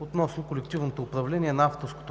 относно колективното управление на авторското право